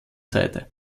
seite